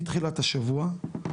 מתחילת השבוע,